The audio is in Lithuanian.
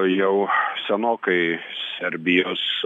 jau senokai serbijos